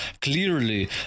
clearly